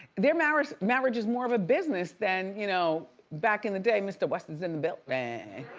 their marriage marriage is more of a business than, you know, back in the day, mr. west's in the belt, man.